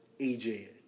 AJ